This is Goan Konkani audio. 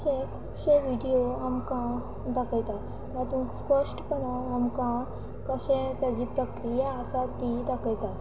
अशें खुबशे व्हिडियो आमकां दाखयता हातूंत स्पश्टपणान आमकां कशें ताची प्रक्रिया आसा ती दाखयता